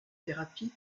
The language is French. thérapies